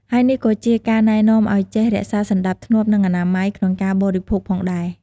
ហើយនេះក៏ជាការណែនាំឲ្យចេះ រក្សាសណ្តាប់ធ្នាប់ និងអនាម័យ ក្នុងការបរិភោគផងដែរ។